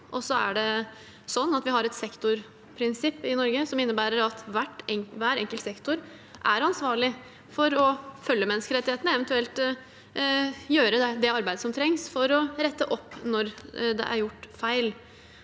har et sektorprinsipp som innebærer at hver enkelt sektor er ansvarlig for å følge menneskerettighetene og eventuelt gjøre det arbeidet som trengs for å rette opp når det er gjort feil.